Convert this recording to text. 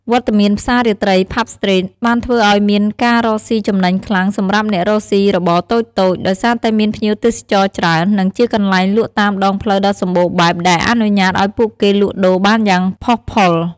វត្តមានផ្សាររាត្រី "ផាប់ស្ទ្រីត" បានធ្វើឲ្យមានការរកស៊ីចំណេញខ្លាំងសម្រាប់អ្នករកសុីរបរតូចៗ ដោយសារតែមានភ្ញៀវទេសចរណ៍ច្រើន និងជាកន្លែងលក់តាមដងផ្លូវដ៏សម្បូរបែបដែលអនុញ្ញាតឲ្យពួកគេលក់ដូរបានយ៉ាងផុសផុល។